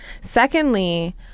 Secondly